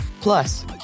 Plus